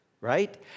right